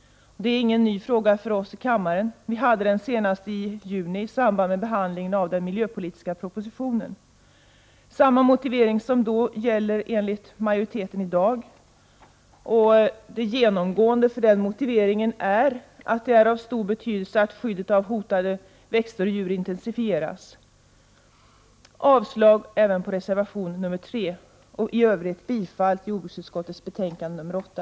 Det är ingen ny fråga för oss i kammaren, vi hade den uppe senast i juni i samband med behandlingen av den miljöpolitiska propositionen. Samma motivering som angavs då gäller enligt majoriteten i dag. Genomgående för den motiveringen är att det är av stor betydelse att skyddet av hotade växter och djur intensifieras. Jag yrkar avslag även på reservation nr 3 och i övrigt bifall till utskottets hemställan i betänkande nr 8.